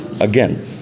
again